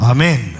Amen